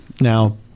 Now